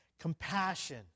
Compassion